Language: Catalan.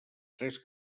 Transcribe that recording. tres